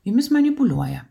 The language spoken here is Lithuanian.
jumis manipuliuoja